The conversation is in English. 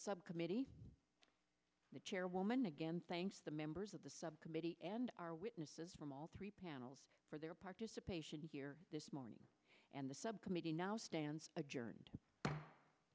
subcommittee the chairwoman again thanks to the members of the subcommittee and our witnesses from all three panels for their participation here this morning and the subcommittee now stands adjour